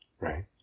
Right